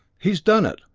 he's done it!